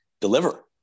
deliver